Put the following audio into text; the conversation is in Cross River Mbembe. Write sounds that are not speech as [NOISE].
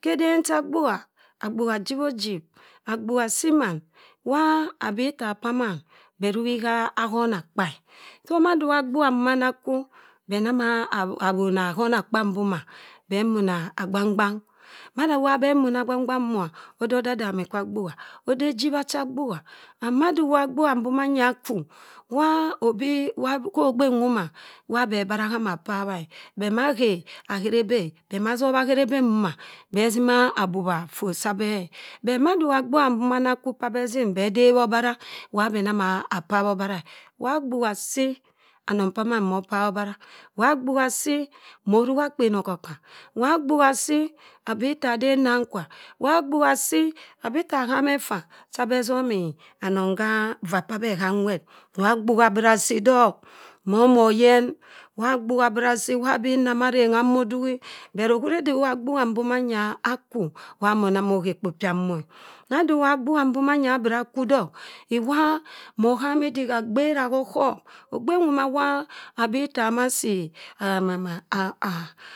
khe eden cha agbugha, agbuha ajibhojib. agbugha asii ma wa abi ittaa p'amann beh ruhi haahona kpa e. so madi iwa agbuha mboma anakwu, be nama awna akhonakpa mboma be monn agbangbang madi iiua beh muna agbang bang moh ode odadami kwa agbuha, ode ojibha cha agbuha and madiwa agbuha mbomanya akwu, wa obi wa khogbe nwoma, wabe ibara hamma pabha e. Beh mahe ahirebe e. Beh sobha ahiribeh mboma beh sima abubha ifot subeh e. But masiwa agbuha mboma anakwu p'abe azim beh dep obora wa beh nama apabhobara e. wa agbagba asii anong p'amann mo opabhobara, wa agbuha asii morokhapen okaka. wa agbuha assi abi iita adep nnankwa, wa agbuha assi abi ittaa ahemeffa chabe azomi anong tara vaa p'abeh hanwerr. wa agburha asii dok momoyen. agbuha abira asii wa abinna arengha hammok duni. But ohuri diwa agbuha mhomanya akwu wa monamohe ekpo pyamoke e. madi iwura agbuha mbomanya abrakwu dok iwa, mohhami idok, agbera kho ọghọm. Ogbe nwoma abi ittaa masi [UNINTELLIGIBLE]